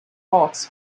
hawks